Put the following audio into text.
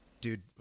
dude